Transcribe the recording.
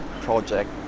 project